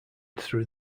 through